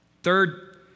Third